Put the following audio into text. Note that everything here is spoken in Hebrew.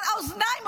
האוזניים,